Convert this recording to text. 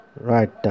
right